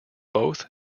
both